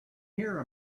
here